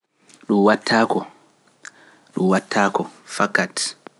Dun wattaako, dun wadataako. fakat